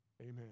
amen